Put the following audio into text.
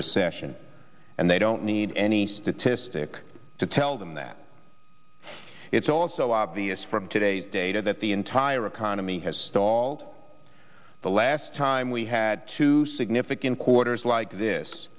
recession and they don't need any statistic to tell them that it's also obvious from today data that the entire economy has stalled the last time we had two significant quarters like this